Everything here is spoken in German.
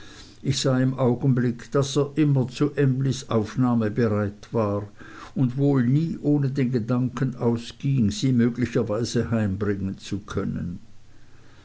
ich sah im augenblick daß er immer zu emlys aufnahme bereit war und wohl nie ohne den gedanken ausging sie möglicherweise heimbringen zu können